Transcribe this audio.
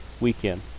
weekend